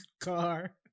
car